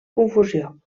confusió